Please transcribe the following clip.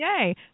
Yay